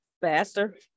faster